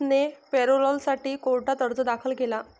विनीतने पॅरोलसाठी कोर्टात अर्ज दाखल केला